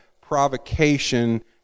provocation